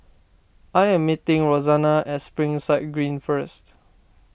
I am meeting Rosanna at Springside Green first